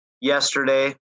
yesterday